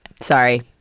Sorry